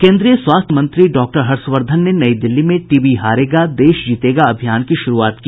केन्द्रीय स्वास्थ्य और परिवार कल्याण मंत्री डॉक्टर हर्षवर्धन ने नई दिल्ली में टीबी हारेगा देश जीतेगा अभियान की शुरूआत की